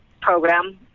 program